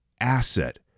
asset